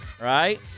Right